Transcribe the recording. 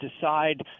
decide